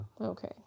Okay